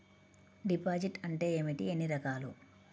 Deposit అంటే ఏమిటీ ఎన్ని రకాలు?